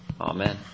Amen